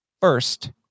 first